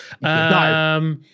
No